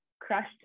crushed